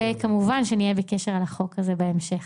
כמובן שנהיה בקשר על החוק הזה בהמשך.